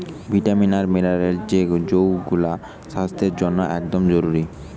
vitamin আর mineral যৌগুলা স্বাস্থ্যের জন্যে একদম জরুরি